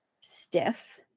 stiff